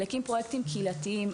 להקים פרויקטים קהילתיים.